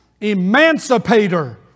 emancipator